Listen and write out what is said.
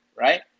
right